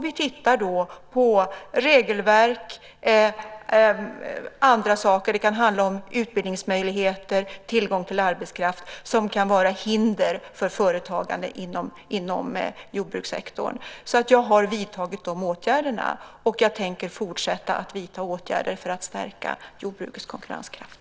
Vi tittar då på regelverk och annat - det kan handla om utbildningsmöjligheter och tillgång till arbetskraft - som kan vara hinder för företagande inom jordbrukssektorn. Jag har alltså vidtagit dessa åtgärder, och jag tänker fortsätta att vidta åtgärder för att stärka jordbrukets konkurrenskraft.